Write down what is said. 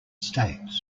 states